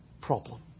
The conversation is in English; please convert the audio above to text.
problem